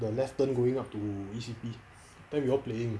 the left turn going up to E_C_P that time we all playing